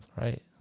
right